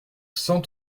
cent